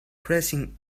pressing